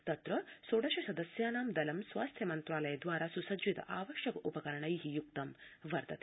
तत्र षोडश सदस्यानां दलं स्वास्थ्य मन्त्रालय द्वारा सु्सज्जित आवश्यक उपकरणै युक्तं वर्तते